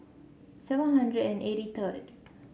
seven hundred and eighty third